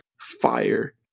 Fire